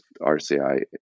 rci